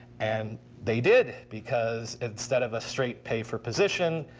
and they did, because instead of a straight pay for position,